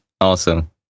Awesome